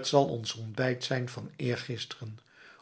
t zal ons ontbijt zijn van eergisteren